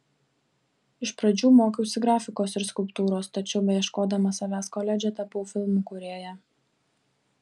iš pradžių mokiausi grafikos ir skulptūros tačiau beieškodama savęs koledže tapau filmų kūrėja